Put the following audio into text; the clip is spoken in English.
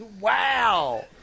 Wow